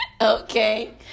Okay